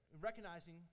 recognizing